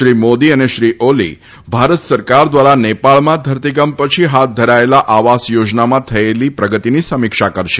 શ્રી મોદી અને શ્રી ઓલી ભારત સરકાર દ્વારા નેપાળમાં ધરતીકંપ પછી હાથ ધરાયેલ આવાસ યોજનામાં થયેલી પ્રગતિની સમીક્ષા કરશે